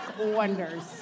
wonders